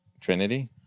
Trinity